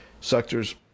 sectors